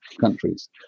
countries